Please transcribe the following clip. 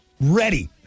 ready